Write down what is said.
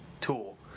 tool